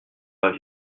pas